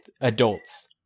adults